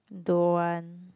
don't want